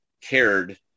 cared